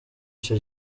icyo